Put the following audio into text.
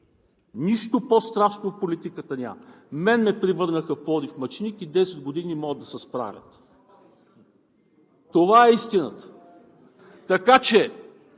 Нищо по-страшно в политиката няма – мен ме превърнаха в Пловдив мъченик и 10 години не могат да се справят. Това е истината! Така че,